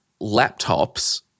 laptops